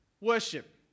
Worship